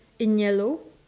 in yellow